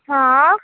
हँ